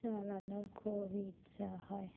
চালানোর খুব ইচ্ছা হয়